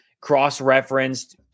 cross-referenced